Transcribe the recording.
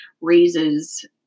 raises